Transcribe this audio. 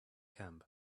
camp